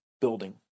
building